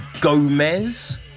Gomez